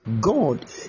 God